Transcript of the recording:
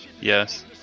Yes